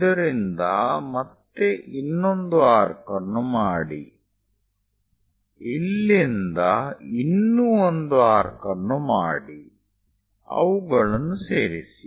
ಇದರಿಂದ ಮತ್ತೆ ಇನ್ನೊಂದು ಆರ್ಕ್ ಅನ್ನು ಮಾಡಿ ಇಲ್ಲಿಂದ ಇನ್ನೂ ಒಂದು ಆರ್ಕ್ ಅನ್ನು ಮಾಡಿ ಅವುಗಳನ್ನು ಸೇರಿಸಿ